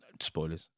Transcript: Spoilers